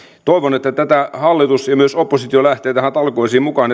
toivon että hallitus ja myös oppositio lähtevät näihin talkoisiin mukaan